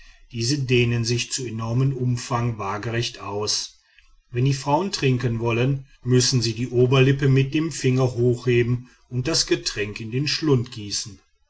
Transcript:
diese dehnen sich zu enormem umfang wagerecht aus wenn die frauen trinken wollen müssen sie die oberlippe mit dem finger hochheben und das getränk in den schlund gießen